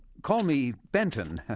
call me benton.